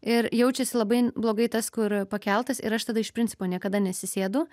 ir jaučiasi labai blogai tas kur pakeltas ir aš tada iš principo niekada nesisėdu